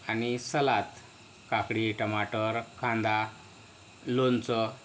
आणि सलात काकडी टमाटर कांदा लोणचं